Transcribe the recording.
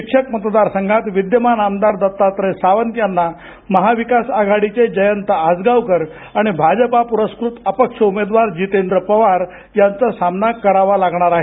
शिक्षक मतदार संघात विद्यमान आमदार दत्तात्रय सावंत यांना महाविकास आघाडीचे जयंत आसगावकर आणि भाजप पुरस्कृत अपक्ष उमेदवार जितेंद्र पवार यांचा सामना करावा लागणार आहे